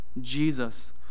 Jesus